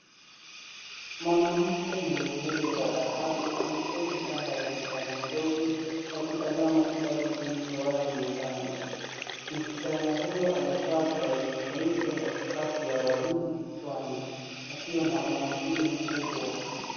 Mwanamke mwenye nywele za dhahabu ameketi kando ya msichana mdogo wakitazama kitabu kilicho wazi mezani. Msichana huyo amevaa blausi nyeupe na skafu ya waridi kichwani, akiwa na umakini mkubwa.